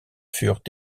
furent